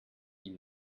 ihm